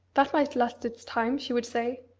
that might last its time, she would say.